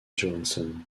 johansson